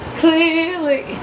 clearly